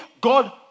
God